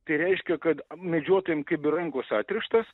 tai reiškia kad medžiotojam kaip ir rankos atrištos